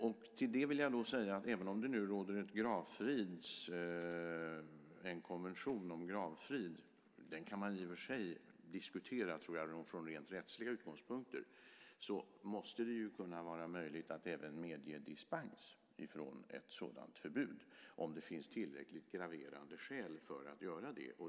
Med anledning av det vill jag säga att även om det finns en konvention om gravfrid - den kan man i och för sig diskutera från rättsliga utgångspunkter - måste det vara möjligt att medge dispens från ett sådant förbud om det finns tillräckligt graverande skäl för att göra det.